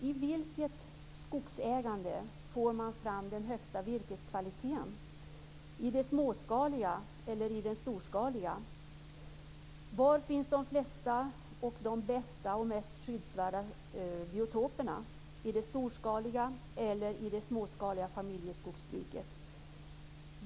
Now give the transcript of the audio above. I vilket skogsägande får man fram den högsta virkeskvaliteten, i det småskaliga skogsbruket eller i det storskaliga? Var finns de flesta, de bästa och de mest skyddsvärda biotoperna, i det storskaliga skogsbruket eller i det småskaliga familjeskogsbruket?